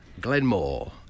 Glenmore